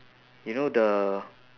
you know the